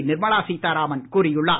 நிர்மலா சீத்தாராமன் கூறியுள்ளார்